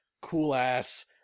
cool-ass